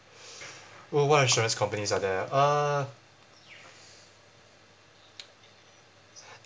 wh~ what insurance companies are there ah